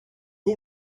who